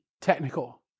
technical